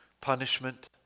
punishment